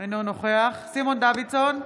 אינו נוכח סימון דוידסון,